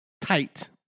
tight